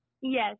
yes